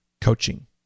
coaching